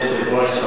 אדוני היושב-ראש,